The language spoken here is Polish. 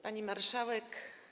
Pani Marszałek!